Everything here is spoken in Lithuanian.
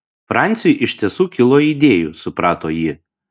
franciui iš tiesų kilo idėjų suprato ji